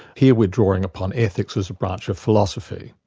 here we're drawing upon ethics as a branch of philosophy,